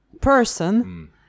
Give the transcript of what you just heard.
person